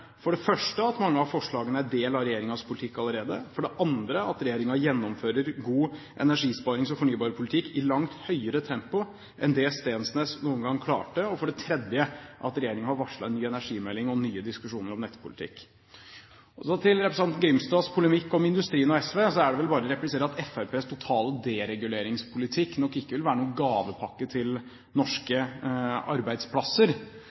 at mange av forslagene er del av regjeringens politikk allerede, for det andre at regjeringen gjennomfører god energisparings- og fornybarpolitikk i langt høyere tempo enn det Steensnæs noen gang klarte, og for det tredje at regjeringen har varslet en ny energimelding og nye diskusjoner om nettpolitikk. Til representanten Grimstads polemikk om industrien og SV er det vel bare å replisere at Fremskrittspartiets totale dereguleringspolitikk nok ikke vil være noen gavepakke til norske arbeidsplasser.